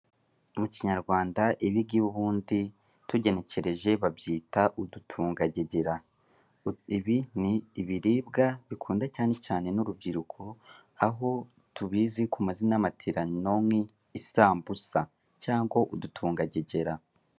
Mu kinyarwanda ibingibi ubundi tugenekereje babyita udutungagegera ibi ni ibiribwa bikunda cyane cyane n'urubyiruko aho tubizi ku mazina y'amatirano nk'isambusa cyangwa udutungagegera.